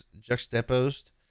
juxtaposed